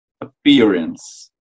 appearance